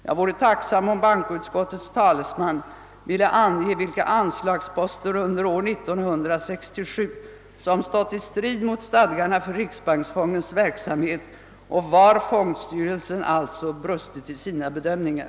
Jag vore tacksam om bankoutskottets talesman ville ange vilka anslagsposter under år 1967 som stått i strid mot stadgarna för riksbanksfondens verksamhet och var fondstyrelsen alltså brustit i sina bedömningar.